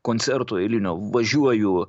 koncerto eilinio važiuoju